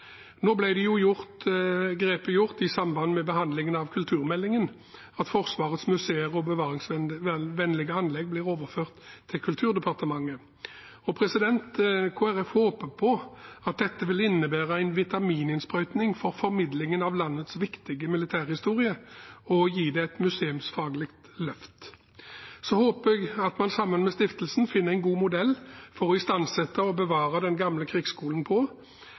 Nå ble grep gjort i samband med behandlingen av kulturmeldingen, at Forsvarets museer og bevaringsvennlige anlegg blir overført til Kulturdepartementet. Kristelig Folkeparti håper dette vil innebære en vitamininnsprøyting for formidlingen av landets viktige militære historie og gi den et museumsfaglig løft. Så håper jeg at man, sammen med stiftelsen, finner en god modell for å istandsette og bevare Den Gamle